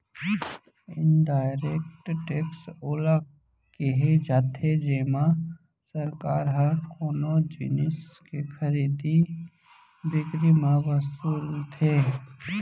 indirect tax ओला केहे जाथे जेमा सरकार ह कोनो जिनिस के खरीदी बिकरी म वसूलथे